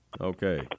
Okay